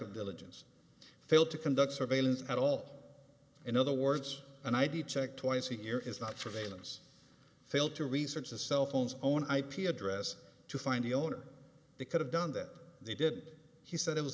of diligence failed to conduct surveillance at all in other words and i did check twice a year is not surveillance fail to research the cell phones own ip address to find the owner they could have done that they did he said it was